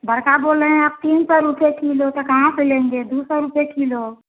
बड़का बोल रहें आप तीन सौ रुपये किलो त कहाँ से लेंगे दो सौ रुपये किलो